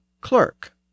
clerk